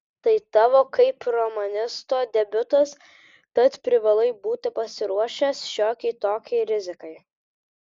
tai tavo kaip romanisto debiutas tad privalai būti pasiruošęs šiokiai tokiai rizikai